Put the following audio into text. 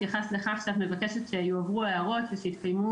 התייחסת לכך שאת מבקשת שיועברו הערות ושיתקיימו